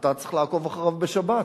אתה צריך לעקוב אחריו בשבת.